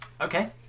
Okay